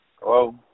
Hello